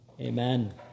Amen